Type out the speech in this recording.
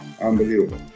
Unbelievable